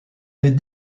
des